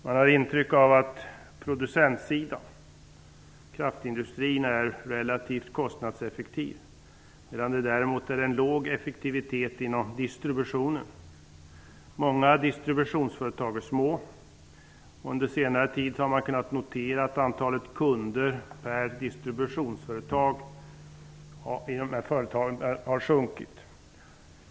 Man får ett intryck av att producentsidan, kraftindustrin, är relativt kostnadseffektiv, medan det är låg effektivitet inom distributionen. Många distributionsföretag är små. Under senare tid har man kunnat notera att antalet kunder per distributionsföretag har minskat.